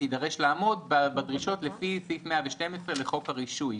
תידרש לעמוד בדרישות לפי סעיף 112 לחוק הרישוי.